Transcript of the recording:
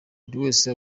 buriwese